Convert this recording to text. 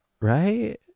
Right